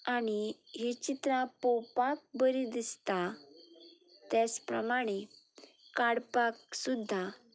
आनी हीं चित्रां पळोवपाक बरीं दिसता तेच प्रमाणें काडपाक सुद्दां